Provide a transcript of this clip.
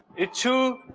it to